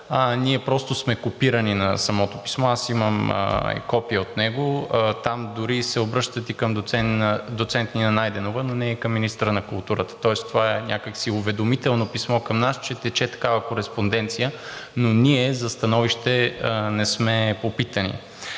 Ние просто сме копирани на самото писмо. Аз имам и копие от него. Там дори се обръщат и към доцент Нина Найденова, но не и към министъра на културата, тоест това е някак си уведомително писмо към нас, че тече такава кореспонденция, но ние за становище не сме попитани.